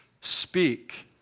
speak